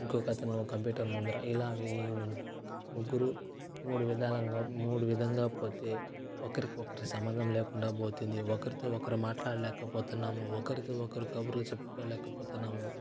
ఇంకొకతను కంప్యూటర్ ముందర ఇలా ముగ్గురు మూడు విధాలంగా మూడు విధంగా పొతే ఒకరికొకరి సంబంధం లేకుండా పోతుంది ఒకరితో ఒకరు మాట్లాడలేకపోతున్నాము ఒకరితో ఒకరు కబుర్లు చెప్పుకోలేకపోతున్నాము